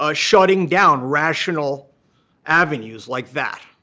ah shutting down rational avenues like that.